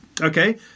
Okay